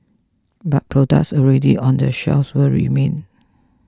but products already on the shelves will remain